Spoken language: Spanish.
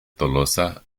tolosa